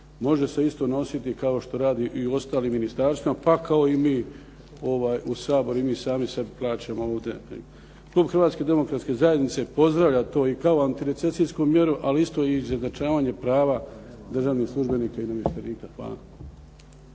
može se isto nositi kao što radi i u ostalim ministarstvima, pa kao i mi u Saboru, i mi sami sebi plaćamo ovdje. Klub Hrvatske demokratske zajednice pozdravlja to i kao antirecesijsku mjeru, ali isto i …/Govornik se ne razumije./… prava državnih službenika i namještenika. Hvala.